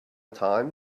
time